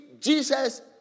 Jesus